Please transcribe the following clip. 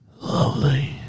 Lovely